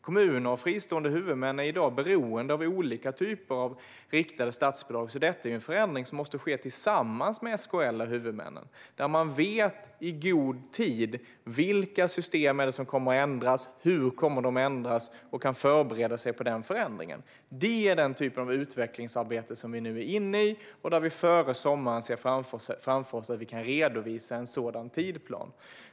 Kommuner och fristående huvudmän är i dag beroende av olika typer av riktade statsbidrag, så detta är en förändring som måste ske tillsammans med SKL och huvudmännen. Man måste veta i god tid vilka system som kommer att ändras och hur de kommer att ändras, så att man kan förbereda sig på förändringen. Det är denna typ av utvecklingsarbete som vi nu är inne i. Vi ser framför oss att vi före sommaren kan redovisa en sådan tidsplan.